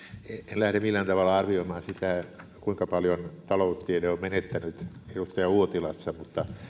en lähde millään tavalla arvioimaan sitä kuinka paljon taloustiede on menettänyt edustaja uotilassa mutta